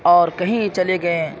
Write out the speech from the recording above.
اور کہیں چلے گئیں